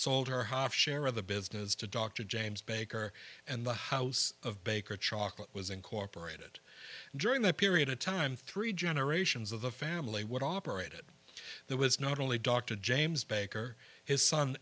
sold her half share of the business to dr james baker and the house of baker chocolate was incorporated during that period of time three general patients of the family would operate it there was not only dr james baker his son